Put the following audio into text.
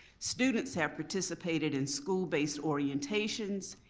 students have participated in school-based orientations.